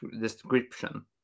description